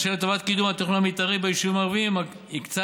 ולטובת קידום התכנון המתארי ביישובים הערביים הקצה